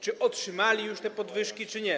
Czy otrzymali już te podwyżki czy nie?